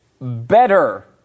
better